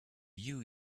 you